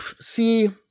See